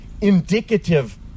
indicative